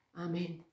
Amen